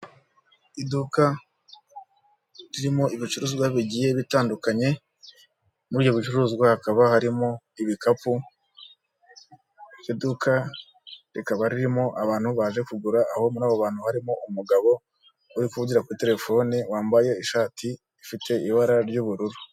Iduka ririmo ibicuruzwa bigiye bitandukanye, muri ibyo bicuruzwa hakaba harimo ibikapu, iduka rikaba ririmo abantu baje kugura, aho muri abo bantu harimo umugabo uri kuvugira kuri telefone, wambaye ishati ifite ibara ry'ubururu.